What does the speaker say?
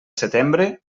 setembre